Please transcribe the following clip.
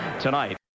tonight